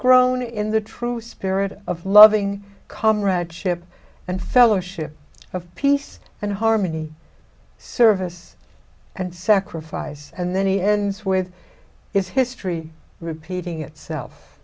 grown in the true spirit of loving comradeship and fellowship of peace and harmony service and sacrifice and then he ends with is history repeating itself